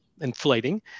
inflating